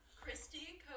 Christy